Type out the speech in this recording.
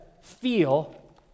Feel